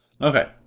Okay